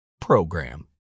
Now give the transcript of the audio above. program